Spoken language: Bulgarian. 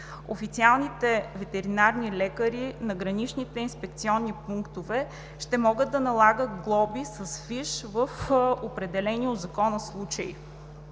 Официалните ветеринарни лекари на граничните инспекционни пунктове ще могат да налагат глоби с фиш в определени от закона случаи.